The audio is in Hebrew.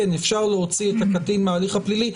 כן אפשר להוציא את הקטין מההליך הפלילי,